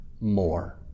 more